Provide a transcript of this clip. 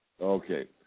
Okay